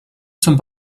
zum